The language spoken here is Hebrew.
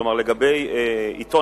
כלומר לגבי עיתון,